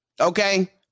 Okay